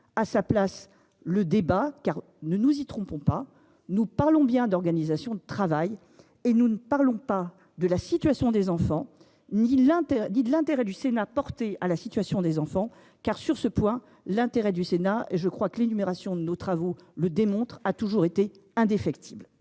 à sa place le débat car ne nous y trompons pas, nous parlons bien d'organisation de travail et nous ne parlons pas de la situation des enfants ni l'interdit de l'intérêt du Sénat portée à la situation des enfants car sur ce point l'intérêt du Sénat et je crois que l'énumération de nos travaux le démontre, a toujours été indéfectible.